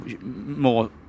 more